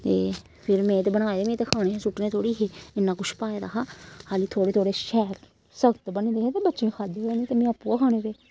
ते फिर में ते बनाए दे में ते खाने हे सु'ट्टने थोह्ड़ी हे इन्ना कुछ पाए दा हा हल्ली थोह्ड़े थोह्ड़े शैल सख्त बने दे हे ते बच्चें खाद्धे गै निं ते में आपूं गै खाने पे